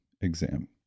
exam